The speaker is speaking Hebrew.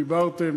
דיברתם